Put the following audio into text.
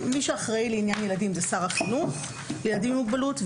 מי שאחראי לעניין ילדים זה שר החינוך לילדים עם מוגבלות,